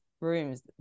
rooms